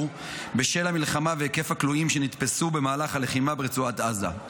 בשל המלחמה והיקף הכלואים שנתפסו במהלך הלחימה ברצועת עזה.